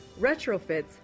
retrofits